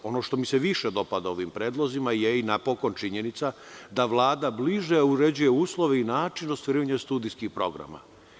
Ono što mi se više dopada ovim predlozima je i napokon činjenica da Vlada bliže uređuje uslove i način ostvarivanje studijskih programa.